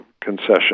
concession